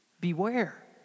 Beware